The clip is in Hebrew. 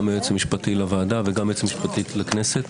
גם מהיועץ המשפטי לוועדה וגם מהיועצת המשפטית לכנסת,